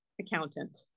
accountant